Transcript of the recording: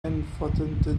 infatuated